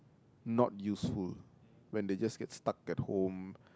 not useful when they just get stuck at home